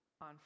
On